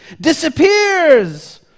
disappears